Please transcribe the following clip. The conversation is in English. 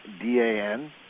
D-A-N